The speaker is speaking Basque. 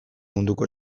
munduko